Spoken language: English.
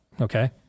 okay